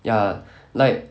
ya like